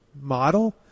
model